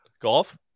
golf